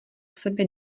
sebe